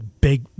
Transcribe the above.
big